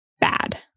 bad